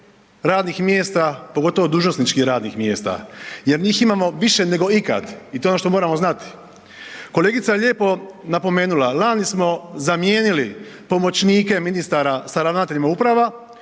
radnih mjesta, pogotovo dužnosničkih radnih mjesta jer njih imamo više nego ikad. I to je ono što moramo znati. Kolegica lijepo napomenula, lani smo zamijenili pomoćnike ministara sa ravnateljima uprava,